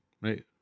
right